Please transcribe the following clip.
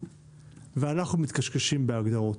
ואנחנו מתקשקשים בהגדרות.